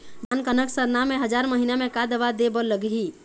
धान कनक सरना मे हजार महीना मे का दवा दे बर लगही?